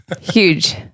Huge